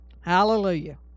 Hallelujah